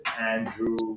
Andrew